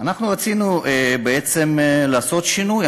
רצינו בעצם לעשות שינוי,